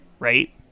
Right